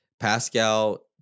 Pascal